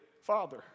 father